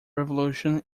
revolution